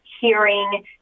hearing